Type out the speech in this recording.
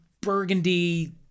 burgundy